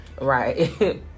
Right